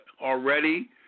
already